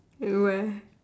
where